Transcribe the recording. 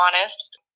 honest